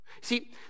see